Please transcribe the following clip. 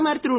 பிரதமர் திரு